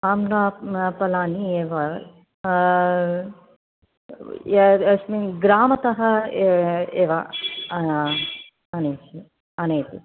आम्रफलानि एव अस्मिन् ग्रामतः एव आनयसि आनयति